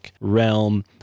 realm